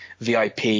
vip